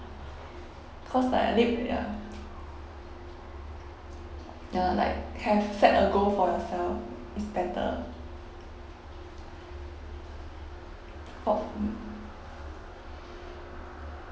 cause like need ya ya like can set a goal for yourself it's better for